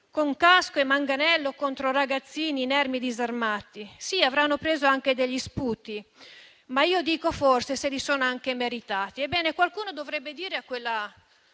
con casco e manganello contro ragazzini inermi e disarmati; sì, avranno preso anche degli sputi, ma io dico che forse se li sono anche meritati. Ebbene, qualcuno dovrebbe dire a quella